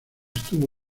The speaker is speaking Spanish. estuvo